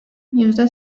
yüzde